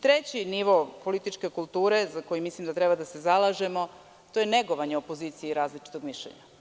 Treći nivo političke kulture, za koji mislim da treba da se zalažemo, je negovanje opozicije i različitog mišljenja.